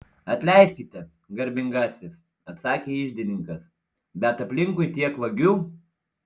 atleiskite garbingasis atsakė iždininkas bet aplinkui tiek vagių